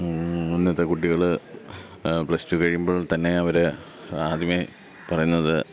ഇന്നത്തെ കുട്ടികൾ plus two കഴിയുമ്പോൾ തന്നെ അവർ ആദ്യമേ പറയുന്നത്